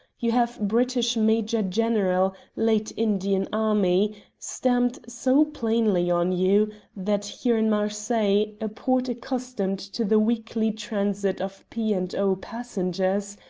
you have british major-general, late indian army' stamped so plainly on you that here in marseilles, a port accustomed to the weekly transit of p. and o. passengers,